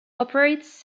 operates